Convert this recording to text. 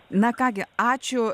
na ką gi ačiū